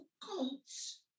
coats